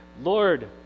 Lord